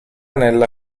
nella